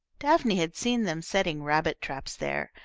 daphne had seen them setting rabbit traps there,